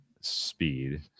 speed